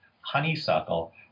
honeysuckle